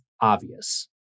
obvious